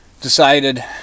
decided